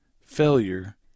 failure